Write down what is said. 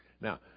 Now